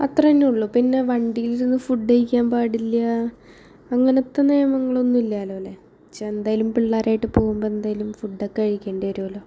അത്രന്നെ ഉള്ളൂ പിന്നെ വണ്ടിയിലിരുന്നു ഫുഡ് കഴിക്കാൻ പാടില്ല അങ്ങനത്തെ നിയമങ്ങളൊന്നും ഇല്ലാലോല്ലേ ശ്ശേ എന്തായാലും പിള്ളാരായിട്ട് പോവുമ്പോൾ എന്തേലും ഫുഡൊക്കെ കഴിക്കേണ്ടി വരോല്ലോ